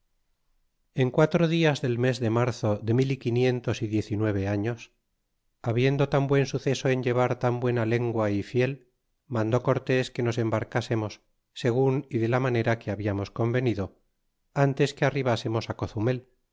en quatro dias del mes de marzo de mil y quinientos y diez y nueve años habiendo tan buen suceso en llevar tan buena lengua y fiel mandó cortes que nos embarcsemos segun y de la manera que habiamos venido ntes que arribsernos cozumel